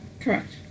correct